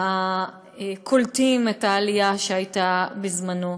והקולטים את העלייה שהייתה בזמנו.